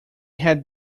had